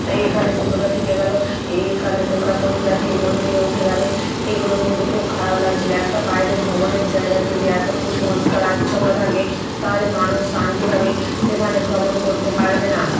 এই এখানে জুতোটা ঠেকে গেল এই এখানে তোমরা কোন জাতি মন্দিরে উঠে গেলে এগুলো কিন্তু খুব খারাপ লাগছিলো একটা বাইরে ভ্রমণের জায়গায় যদি এত কুসংস্কার আচ্ছন্ন থাকে তাহলে মানুষ শান্তিভাবে সেখানে ভ্রমণ করতে পারবে না